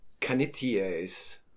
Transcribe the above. Canities